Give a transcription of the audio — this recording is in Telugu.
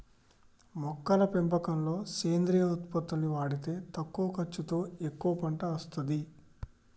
మొక్కల పెంపకంలో సేంద్రియ ఉత్పత్తుల్ని వాడితే తక్కువ ఖర్చుతో ఎక్కువ పంట అస్తది